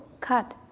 cut